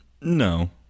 No